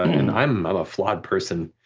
and i'm a flawed person,